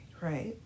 right